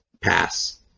pass